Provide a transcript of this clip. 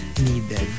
needed